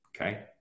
okay